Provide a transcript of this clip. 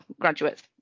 graduates